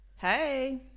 Hey